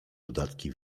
dodatki